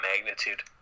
magnitude